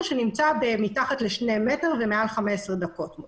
שנמצא מתחת לשני מטר ומעל 15 דקות.